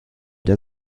der